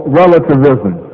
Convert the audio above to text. relativism